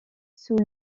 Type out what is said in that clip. sous